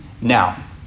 Now